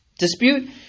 Dispute